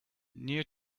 near